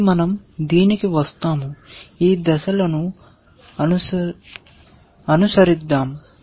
కాబట్టి మన০ దీనికి వస్తాము ఈ దశలను అనుసరిద్దాం